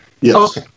Yes